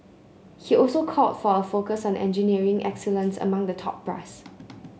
he also called for a focus on engineering excellence among the top brass